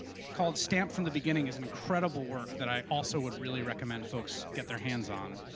called stamped from the beginning is an incredible work that i also would really recommend folks get their hands on.